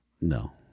No